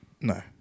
no